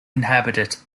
inhabited